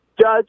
judge